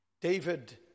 David